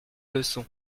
leçon